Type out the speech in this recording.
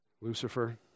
Lucifer